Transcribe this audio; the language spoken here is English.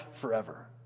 forever